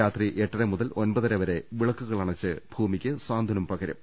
രാത്രി എട്ടര മുതൽ ഒമ്പ തര വരെ വിളക്കുകൾ അണച്ച് ഭൂമിക്ക് സാന്ത്വനം പകരും